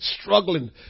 struggling